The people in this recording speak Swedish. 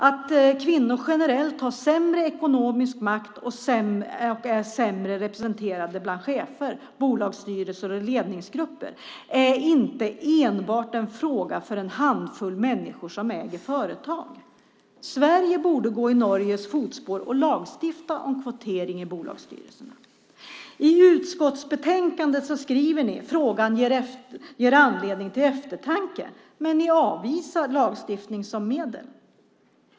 Att kvinnor generellt har sämre ekonomisk makt och är sämre representerade bland chefer, bolagsstyrelser och ledningsgrupper är inte enbart en fråga för en handfull människor som äger företag. Sverige borde gå i Norges fotspår och lagstifta om kvotering i bolagsstyrelserna. I utskottsbetänkandet skriver ni att frågan ger anledning till eftertanke, men ni avvisar lagstiftning som medel.